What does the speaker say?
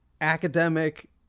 academic